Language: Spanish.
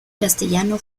castellano